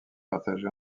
partagé